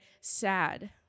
sad